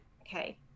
Okay